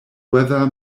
weather